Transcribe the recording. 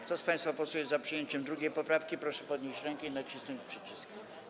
Kto z państwa posłów jest za przyjęciem 2. poprawki, proszę podnieść rękę i nacisnąć przycisk.